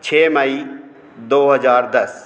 छः मई दो हज़ार दस